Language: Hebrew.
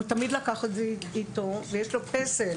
הוא תמיד לקח את זה איתו ויש לו פסל